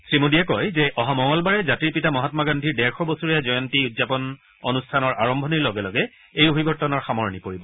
শ্ৰীমোদীয়ে কয় যে অহা মঙলবাৰে জাতিৰ পিতা মহামা গান্ধীৰ ডেৰশ বছৰীয়া জয়ন্তী উদযাপন অনুষ্ঠানৰ আৰম্ভণিৰ লগে লগে এই অভিৱৰ্তনৰ সামৰণি পৰিব